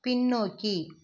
பின்னோக்கி